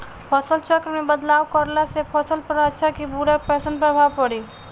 फसल चक्र मे बदलाव करला से फसल पर अच्छा की बुरा कैसन प्रभाव पड़ी?